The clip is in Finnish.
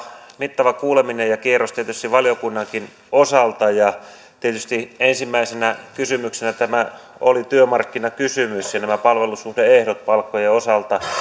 mittava kuuleminen ja kierros valiokunnankin osalta ja tietysti ensimmäisenä tämä oli työmarkkinakysymys nämä palvelussuhde ehdot palkkojen osalta